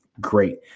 Great